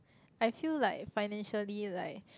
I feel like financially like